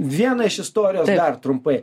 viena iš istorijos dar trumpai